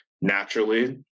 naturally